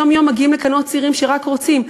יום-יום מגיעים לכאן עוד צעירים שרק רוצים,